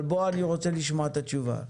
אבל אני רוצה לשמוע את התשובה.